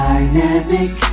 Dynamic